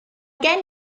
gen